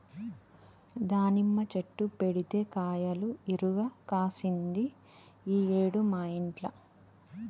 దానిమ్మ చెట్టు పెడితే కాయలు ఇరుగ కాశింది ఈ ఏడు మా ఇంట్ల